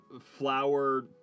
flower